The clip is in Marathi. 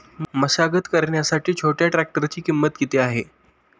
मशागत करण्यासाठी छोट्या ट्रॅक्टरची किंमत किती आहे?